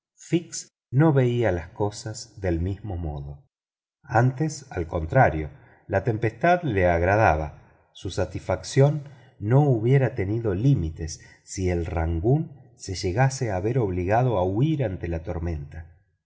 no veía las cosas del mismo modo antes al contrario la tempestad le agradaba su satisfacción no hubiera tenido límites si el rangoon se llegase a ver obligado a huir ante la tormenta